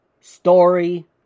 Story